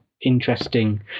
interesting